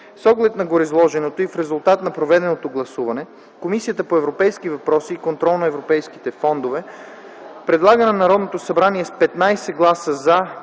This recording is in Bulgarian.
С оглед на гореизложеното и в резултат на проведеното гласуване, Комисията по европейските въпроси и контрол на европейските фондове предлага на Народното събрание с 15 гласа „за”,